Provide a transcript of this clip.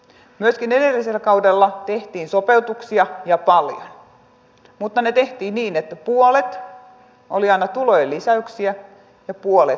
myöskin edellisellä kaudella tehtiin sopeutuksia ja paljon mutta ne tehtiin niin että puolet oli aina tulojen lisäyksiä ja puolet leikkauksia